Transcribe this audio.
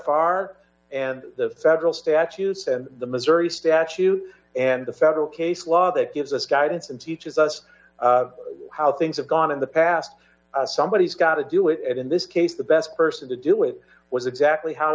f r and the federal statutes and the missouri statute and the federal case law that gives us guidance and teaches us how things have gone in the past somebody has got to do it in this case the best person to do it was exactly how